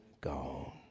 gone